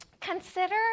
Consider